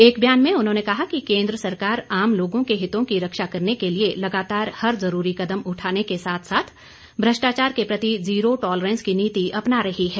एक बयान में उन्होंने कहा कि केन्द्र सरकार आम लोगों के हितों की रक्षा करने के लिए लगातार हर जरूरी कदम उठाने के साथ साथ भ्रष्टाचार के प्रति जीरो टॉलरेंस की नीति अपना रही है